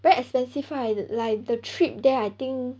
very expensive right like the trip there I think